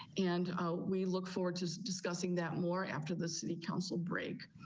and we look forward to discussing that more after the city council break.